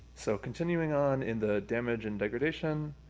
so continuing on in the damage and degradation,